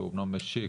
שאמנם משיק.